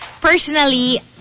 personally